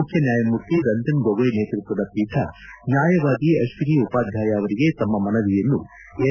ಮುಖ್ಯ ನ್ಯಾಯಮೂರ್ತಿ ರಂಜನ್ ಗೊಗೋಯ್ ನೇತೃತ್ವದ ಪೀಠ ನ್ಯಾಯವಾದಿ ಅಶ್ವಿನಿ ಉಪಾಧ್ಯಾಯ ಅವರಿಗೆ ತಮ್ಮ ಮನವಿಯನ್ನು ಎನ್